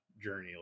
journey